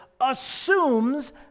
assumes